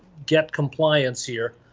get compliance here.